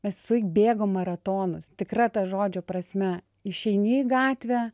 esu bėgo maratonus tikra to žodžio prasme išeini į gatvę